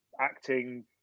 acting